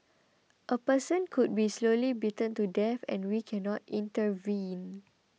a person could be slowly beaten to death and we cannot intervene